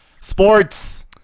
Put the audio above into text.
Sports